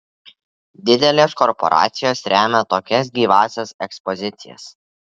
didelės korporacijos remia tokias gyvąsias ekspozicijas